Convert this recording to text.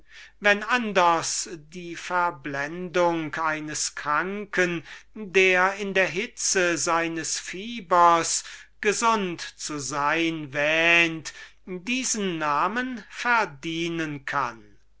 wenn anders die verblendung eines kranken der in der hitze seines fiebers gesund zu sein wähnt diesen namen verdienen kann